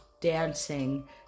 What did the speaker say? dancing